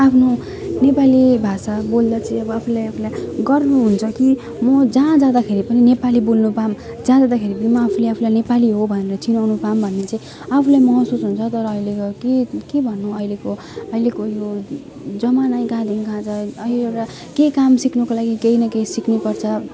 आफ्नो नेपाली भाषा बोल्दा चाहिँ अब आफूले आफूलाई गर्व हुन्छ कि म जहाँ जाँदाखेरि पनि नेपाली बोल्नु पाऊँ जहाँ जाँदाखेरि पनि म आफूले आफूलाई नेपाली हो भनेर चिनाउन पाऊँ भन्ने चाहिँ आफूलाई महसुस तर अहिलेको के के भन्नु अहिलेको अहिलेको जमानै कहाँदेखि कहाँ छ अहिले एउटा केही काम सिक्नुको लागि केही न केही सिक्नपर्छ